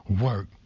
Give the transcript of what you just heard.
work